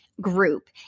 group